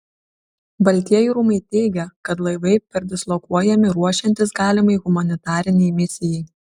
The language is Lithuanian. baltieji rūmai teigia kad laivai perdislokuojami ruošiantis galimai humanitarinei misijai